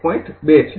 ૨ છે